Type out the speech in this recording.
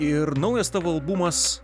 ir naujas tavo albumas